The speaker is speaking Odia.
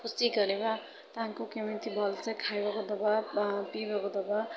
ଖୁସି କରେଇବା ତାଙ୍କୁ କେମିତି ଭଲସେ ଖାଇବାକୁ ଦେବା ବା ପିଇବାକୁ ଦେବା